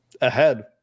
ahead